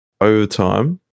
overtime